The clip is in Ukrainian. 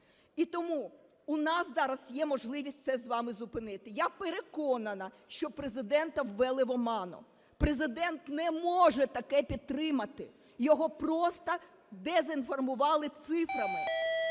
І тому в нас зараз є можливість це з вами зупинити. Я переконана, що Президента ввели в оману, Президент не може таке підтримати, його просто дезінформували цифрами.